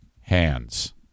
hands